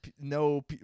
no